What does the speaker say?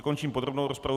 Končím podrobnou rozpravu.